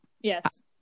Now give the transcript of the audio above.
Yes